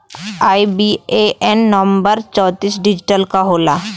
IBAN number चौतीस digit क होला